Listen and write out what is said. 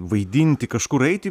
vaidinti kažkur eiti